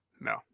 No